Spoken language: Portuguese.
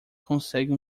consegue